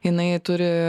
jinai turi